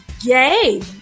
yay